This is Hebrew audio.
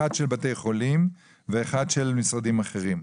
אחת של בתי חולים ואחת של משרדים אחרים,